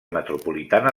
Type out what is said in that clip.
metropolitana